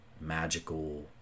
magical